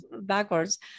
backwards